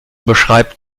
beschreibt